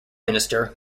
minister